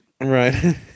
Right